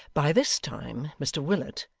by this time mr willet,